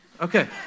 Okay